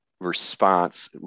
response